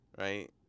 right